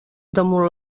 damunt